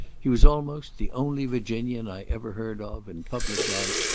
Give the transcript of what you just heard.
he was almost the only virginian i ever heard of, in public life,